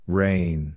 rain